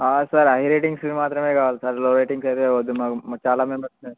sir high ratings మాత్రమే కావాలి sir low ratings అయితే వద్దు మాకు చాలా మెంబర్స్